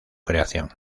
creación